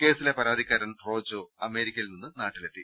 അതിനിടെ കേസിലെ പരാതിക്കാരൻ റോജോ അമേരിക്കയിൽ നിന്ന് നാട്ടിലെത്തി